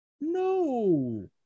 no